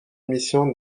mission